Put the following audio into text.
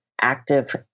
active